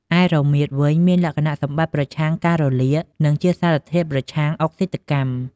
ឯរមៀតវិញ មានលក្ខណៈសម្បត្តិប្រឆាំងការរលាក និងជាសារធាតុប្រឆាំងអុកស៊ីតកម្ម។